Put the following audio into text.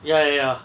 ya ya